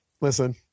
listen